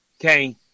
Okay